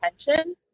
attention